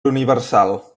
universal